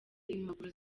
impapuro